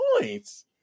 points